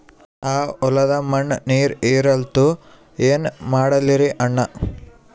ಆ ಹೊಲದ ಮಣ್ಣ ನೀರ್ ಹೀರಲ್ತು, ಏನ ಮಾಡಲಿರಿ ಅಣ್ಣಾ?